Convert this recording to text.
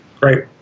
Great